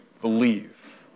believe